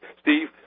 Steve